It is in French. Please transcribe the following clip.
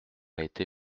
été